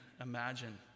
imagine